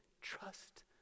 trust